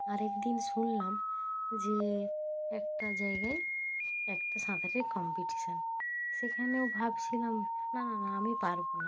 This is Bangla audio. আরেক দিন শুনলাম যে একটা জায়গায় একটা সাঁতারের কম্পিটিশান সেখানেও ভাবছিলাম না না না আমি পারবো না